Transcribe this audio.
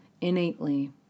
innately